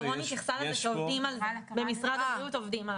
שרון התייחסה לזה שבמשרד הבריאות עובדים על הנושא הזה.